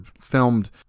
filmed